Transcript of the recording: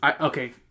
Okay